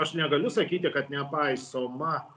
aš negaliu sakyti kad nepaisoma